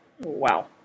wow